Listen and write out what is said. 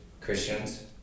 Christians